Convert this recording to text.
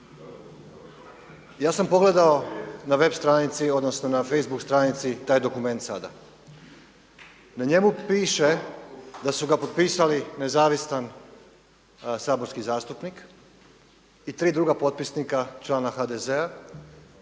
Ja sam pogledao na web stranici, odnosno na Facebook stranici taj dokument sada. Na njemu piše da su ga potpisali nezavisan saborski zastupnik i tri druga potpisnika člana HDZ-a.